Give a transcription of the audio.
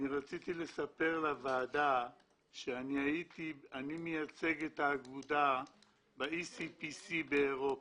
רציתי לספר לוועדה שאני מייצג את האגודה ב-ECPC באירופה.